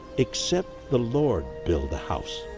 accept the lord build the house,